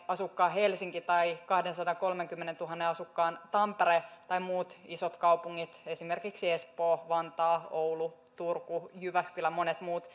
asukkaan helsinki tai kahteensataankolmeenkymmeneentuhanteen asukkaan tampere tai muut iso kaupungit esimerkiksi espoo vantaa oulu turku jyväskylä ja monet muut